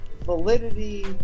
validity